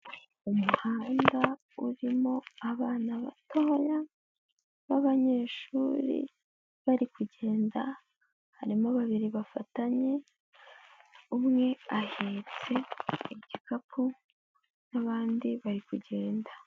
Umuhanda urimo abana batoya b'abanyeshuri bari kugenda harimo babiri bafatanye umwe ahetse igikapu n'abandi bari kugenda.